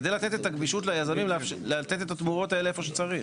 כדי לתת את הגמישות ליזמים לתת אתה תמורות האלה איפה שצריך.